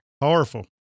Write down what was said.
powerful